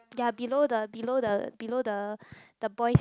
ya below the below the below the the boys